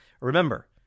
remember